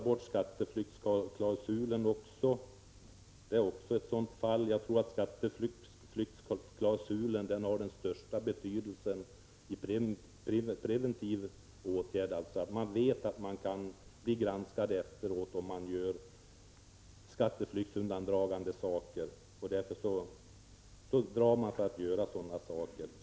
Moderaterna vill också få bort skatteflyktsklausulen. Jag tror att denna klausul har den största betydelse i preventivt syfte. Den som tänker ägna sig åt skatteflykt vet att han kan bli granskad i efterhand. Därför drar han sig för det.